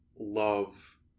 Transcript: love